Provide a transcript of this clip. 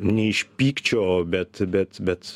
ne iš pykčio bet bet bet